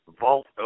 vault